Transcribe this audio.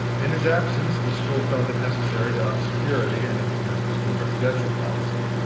in his absence, the school felt it necessary to up security and implement this new residential policy.